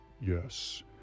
Yes